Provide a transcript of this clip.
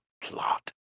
plot